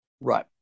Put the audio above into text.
Right